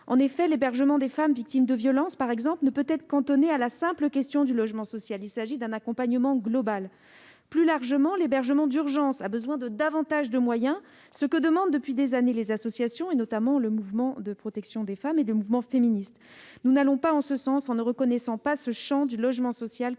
En effet, l'hébergement des femmes victimes de violence, par exemple, ne peut être cantonné à la simple question du logement social ; il s'agit d'un accompagnement global. Plus largement, l'hébergement d'urgence a besoin de davantage de moyens, ce que demandent depuis des années les associations, notamment les mouvements de protection des femmes et des mouvements féministes. Nous n'allons pas en ce sens en ne reconnaissant pas ce champ du logement social comme un